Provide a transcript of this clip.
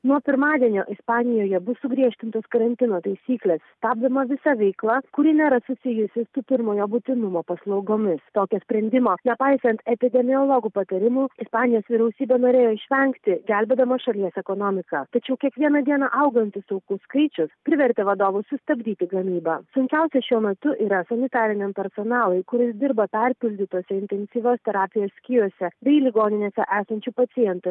nuo pirmadienio ispanijoje bus sugriežtintos karantino taisyklės stabdoma visa veikla kuri nėra susijusi su pirmojo būtinumo paslaugomis tokio sprendimo nepaisant epidemiologų patarimų ispanijos vyriausybė norėjo išvengti gelbėdama šalies ekonomiką tačiau kiekvieną dieną augantis aukų skaičius privertė vadovus sustabdyti gamybą sunkiausia šiuo metu yra sanitariniam personalui kuris dirba perpildytuose intensyvios terapijos skyriuose bei ligoninėse esančių pacientų